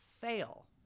fail